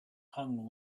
hung